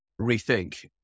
rethink